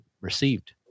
received